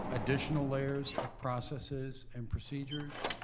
additional layers of processes and procedures